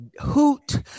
hoot